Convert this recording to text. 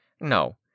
No